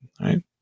right